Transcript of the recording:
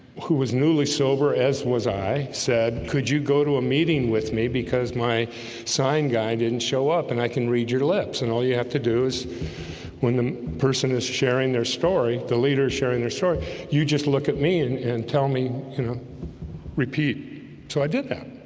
who was newly sober as was i said, could you go to a meeting with me? because my sign guy didn't show up and i can read your lips and all you have to do is when the person is sharing their story the leaders sharing their story you just look at me and and tell me you know repeat so i did that